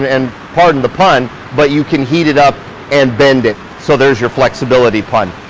and pardon the pun but you can heat it up and bend it. so there's your flexibility pun.